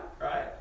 Right